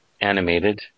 animated